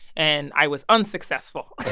and i was unsuccessful.